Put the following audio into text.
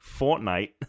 Fortnite